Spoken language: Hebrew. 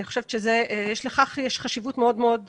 אני חושבת שיש לכך חשיבות מאוד מאוד גדולה,